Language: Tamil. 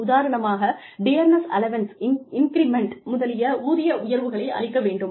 உதாரணமாக டியர்னெஸ் அலோவேன்ஸ் இங்கிரிமெண்ட் முதலிய ஊதிய உயர்வுகளை அளிக்க வேண்டும்